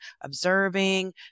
observing